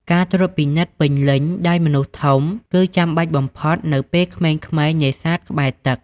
ការត្រួតពិនិត្យពេញលេញ ដោយមនុស្សធំគឺចាំបាច់បំផុតនៅពេលក្មេងៗនេសាទក្បែរទឹក។